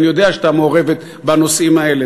ואני יודע שהיא הייתה מעורבת בנושאים האלה,